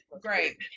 great